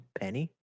Penny